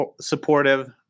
supportive